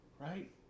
right